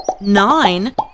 nine